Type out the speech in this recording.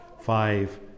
five